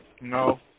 No